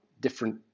different